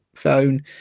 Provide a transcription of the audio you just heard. phone